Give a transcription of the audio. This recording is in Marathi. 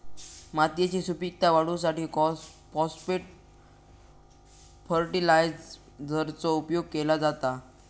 मातयेची सुपीकता वाढवूसाठी फाॅस्फेट फर्टीलायझरचो उपयोग केलो जाता